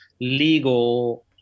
legal